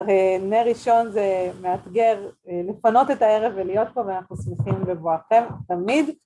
נר ראשון זה מאתגר לפנות את הערב ולהיות פה, ואנחנו שמחים בבואכם תמיד.